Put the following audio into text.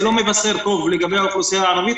זה לא מבשר טוב לגבי האוכלוסייה הערבית,